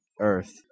Earth